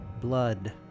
Blood